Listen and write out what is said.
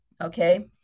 okay